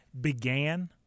began